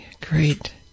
Great